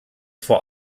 vor